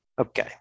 Okay